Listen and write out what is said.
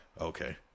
okay